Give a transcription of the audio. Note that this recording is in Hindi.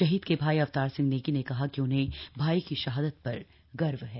शहीद के भाई अवतार सिंह नेगी ने कहा कि उन्हें भाई की शहादत पर गर्व है